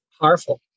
Powerful